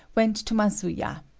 went to masuya.